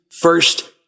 first